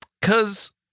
Cause